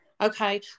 Okay